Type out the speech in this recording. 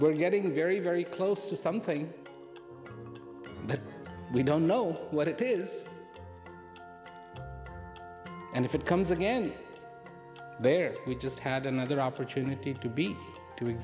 we're getting very very close to something but we don't know what it is and if it comes again there we just had another opportunity to be doing